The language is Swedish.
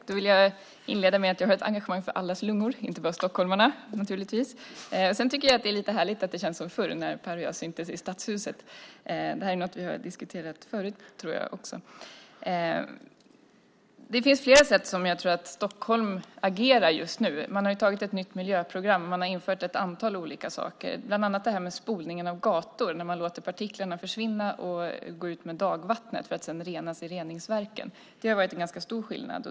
Herr talman! Jag vill inleda med att säga att jag naturligtvis har ett engagemang för allas lungor, inte bara stockholmarnas. Sedan tycker jag att det är lite härligt att det känns som förr, när Per och jag syntes i Stadshuset. Det här är också något vi har diskuterat förut, tror jag. Jag tror att Stockholm agerar på flera sätt just nu. Man har antagit ett nytt miljöprogram. Man har infört ett antal olika saker, bland annat det här med spolning av gator, när man låter partiklarna försvinna med dagvattnet för att sedan renas i reningsverken. Det har varit en ganska stor skillnad.